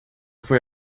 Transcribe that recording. foi